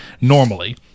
normally